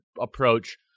approach